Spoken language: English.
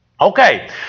Okay